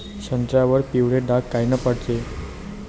संत्र्यावर पिवळे डाग कायनं पडते?